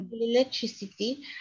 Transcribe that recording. electricity